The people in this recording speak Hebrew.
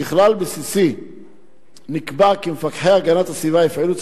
ככלל בסיסי נקבע כי מפקחי הגנת הסביבה יפעילו את